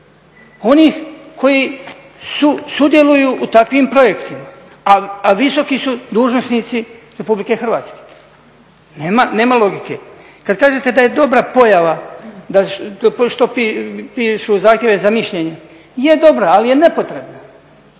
onih koji sudjeluju u takvim projektima, a visoki su dužnosnici RH. nema logike. Kada kažete da je dobra pojava što pišu zahtjeve za mišljenje, je dobra ali je nepotrebna.